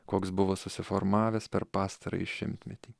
koks buvo susiformavęs per pastarąjį šimtmetį